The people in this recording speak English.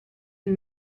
and